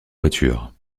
voiture